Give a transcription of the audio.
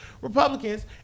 Republicans